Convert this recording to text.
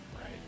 Right